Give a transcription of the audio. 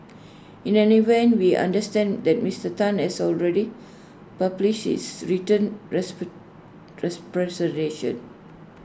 in any event we understand that Mister Tan has already published his written representation